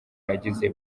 nagize